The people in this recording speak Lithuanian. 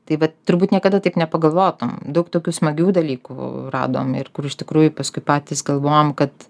tai vat turbūt niekada taip nepagalvotum daug tokių smagių dalykų radom ir kur iš tikrųjų paskui patys galvojom kad